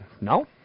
No